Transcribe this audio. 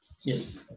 Yes